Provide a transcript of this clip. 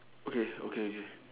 okay okay okay